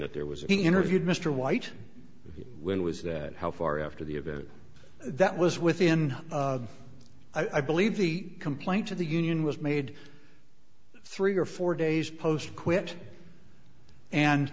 that there was he interviewed mr white when was that how far after the event that was within i believe the complaint to the union was made three or four days post quit and